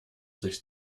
sich